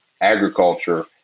agriculture